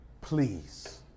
please